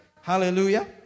Hallelujah